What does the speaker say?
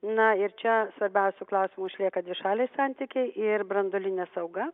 na ir čia svarbiausiu klausimu išlieka dvišaliai santykiai ir branduoline sauga